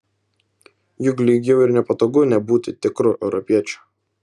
juk lyg jau ir nepatogu nebūti tikru europiečiu